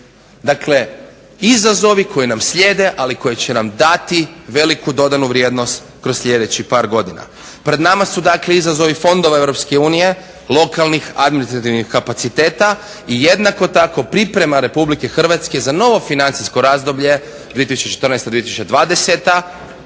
Dakle, izazovi koji nam slijede, ali koji će nam dati veliku dodanu vrijednost kroz sljedećih par godina. Pred nama su dakle izazovi fondova EU, lokalnih, administrativnih kapaciteta i jednako tako priprema RH za novo financijsko razdoblje 2014-2020